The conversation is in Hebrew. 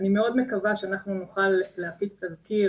אני מאוד מקווה שאנחנו נוכל להפיץ תזכיר